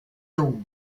tours